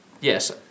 yes